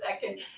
second